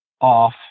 off